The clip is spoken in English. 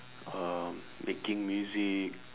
um making music